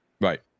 Right